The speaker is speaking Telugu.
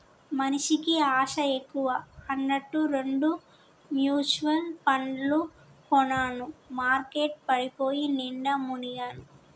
మనిషికి ఆశ ఎక్కువ అన్నట్టు రెండు మ్యుచువల్ పండ్లు కొన్నాను మార్కెట్ పడిపోయి నిండా మునిగాను